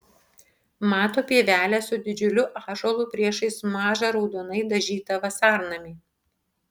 mato pievelę su didžiuliu ąžuolu priešais mažą raudonai dažytą vasarnamį